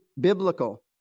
biblical